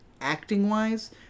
acting-wise